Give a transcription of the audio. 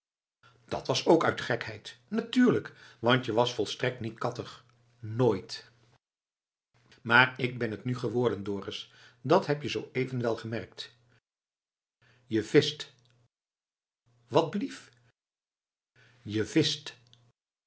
dat was ook gekheid natuurlijk want je was volstrekt niet kattig nooit maar k ben t nu geworden dorus dat heb je zoo even wel gemerkt je vischt wà blief je